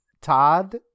Todd